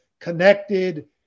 connected